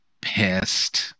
pissed